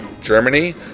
Germany